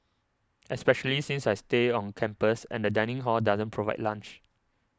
especially since I stay on campus and the dining hall doesn't provide lunch